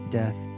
death